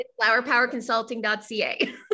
Flowerpowerconsulting.ca